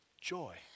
joy